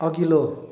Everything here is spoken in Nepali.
अघिल्लो